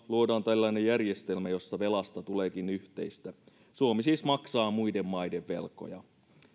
luodaan tällainen järjestelmä jossa velasta tuleekin yhteistä suomi siis maksaa muiden maiden velkoja